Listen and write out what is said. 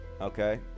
okay